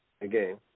Again